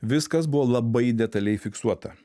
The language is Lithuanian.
viskas buvo labai detaliai fiksuota